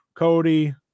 Cody